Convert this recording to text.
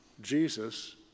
Jesus